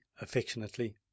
affectionately